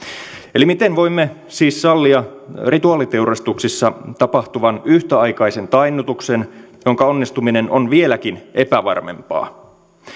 eli miten voimme siis sallia rituaaliteurastuksissa tapahtuvan yhtäaikaisen tainnutuksen jonka onnistuminen on vieläkin epävarmempaa